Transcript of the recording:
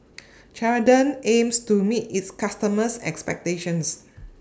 Ceradan aims to meet its customers' expectations